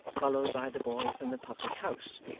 followed by the boy from the public-house,